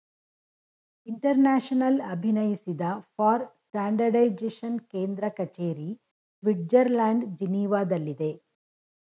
international ಅಭಿನಯಿಸಿದ for standardization ಕೇಂದ್ರ ಕಚೇರಿ ಸ್ವಿಡ್ಜರ್ಲ್ಯಾಂಡ್ ಜಿನೀವಾದಲ್ಲಿದೆ